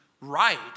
right